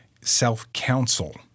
self-counsel